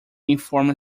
inform